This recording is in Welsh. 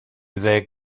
ddeg